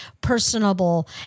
personable